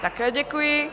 Také děkuji.